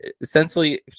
essentially